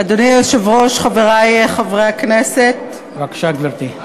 אדוני היושב-ראש, חברי חברי הכנסת, בבקשה, גברתי.